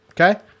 Okay